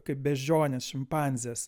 kaip beždžionės šimpanzės